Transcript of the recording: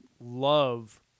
love